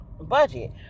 budget